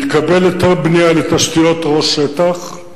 התקבל היתר בנייה לתשתיות ראש שטח,